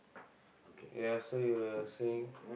yes so you were saying